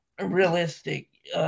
realistic